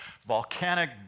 volcanic